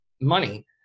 money